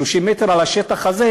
30 מטר, על השטח הזה,